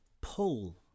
pull